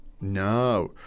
No